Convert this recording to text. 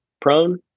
Prone